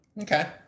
Okay